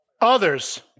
Others